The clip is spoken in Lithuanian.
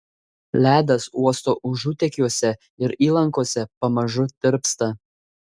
ledas uosto užutekiuose ir įlankose pamažu tirpsta